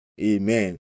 Amen